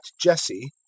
Jesse